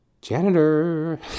Janitor